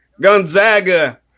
Gonzaga